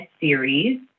series